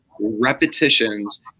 repetitions